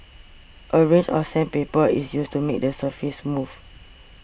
a range of sandpaper is used to make the surface smooth